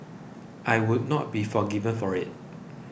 I would not be forgiven for it